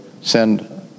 send